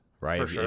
right